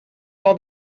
all